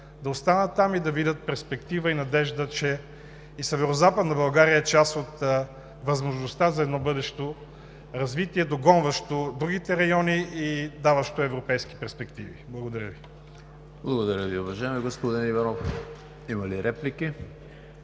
да останат там и да видят перспектива и надежда, че и Северозападна България е част от възможността за едно бъдещо развитие, догонващо другите райони и даващо европейски перспективи. Благодаря Ви. ПРЕДСЕДАТЕЛ ЕМИЛ ХРИСТОВ: Благодаря Ви, уважаеми господин Иванов. Има ли реплики?